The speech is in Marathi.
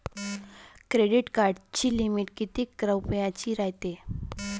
क्रेडिट कार्डाची लिमिट कितीक रुपयाची रायते?